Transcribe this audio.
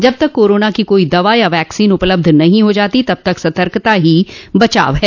जब तक कोरोना की कोई दवा या वैक्सीन उपलब्ध नहीं हो जाती तब तक सतर्कता ही बचाव ह